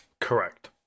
Correct